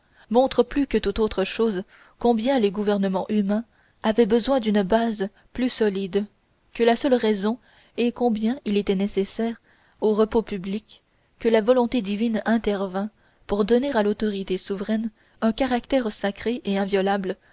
montrent plus que toute autre chose combien les gouvernements humains avaient besoin d'une base plus solide que la seule raison et combien il était nécessaire au repos public que la volonté divine intervînt pour donner à l'autorité souveraine un caractère sacré et inviolable